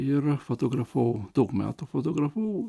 ir fotografavau daug metų fotografavau